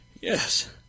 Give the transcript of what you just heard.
yes